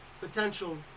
potential